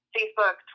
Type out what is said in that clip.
Facebook